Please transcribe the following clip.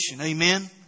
Amen